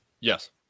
Yes